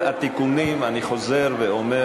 התשע"ו 2015,